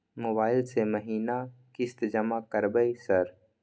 Mobile से महीना किस्त जमा करबै सर?